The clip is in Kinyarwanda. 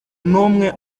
n’umwe